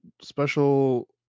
special